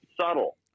subtle